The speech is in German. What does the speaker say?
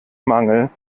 mangel